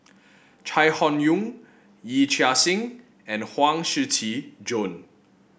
Chai Hon Yoong Yee Chia Hsing and Huang Shiqi Joan